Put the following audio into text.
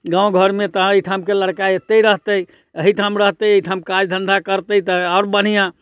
गाम घरमे तऽ एहिठामके लड़का एतहि रहतै एहिठाम रहतै एहिठाम काज धन्धा करतै तऽ आओर बढ़िआँ